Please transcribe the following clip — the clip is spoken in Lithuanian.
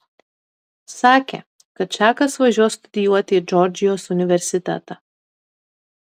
sakė kad čakas važiuos studijuoti į džordžijos universitetą